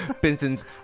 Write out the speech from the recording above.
Benson's